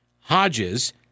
Hodges